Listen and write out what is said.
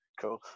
Cool